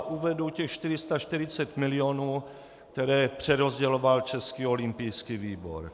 Uvedu 440 milionů, které přerozděloval Český olympijský výbor.